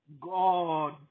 God